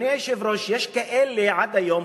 אדוני היושב-ראש, יש עד היום